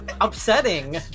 Upsetting